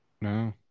No